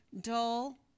dull